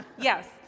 Yes